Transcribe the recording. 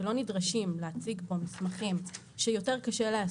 שלא נדרשים להציג בו מסמכים שיותר קשה להציג אותם.